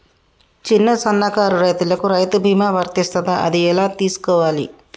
చిన్న సన్నకారు రైతులకు రైతు బీమా వర్తిస్తదా అది ఎలా తెలుసుకోవాలి?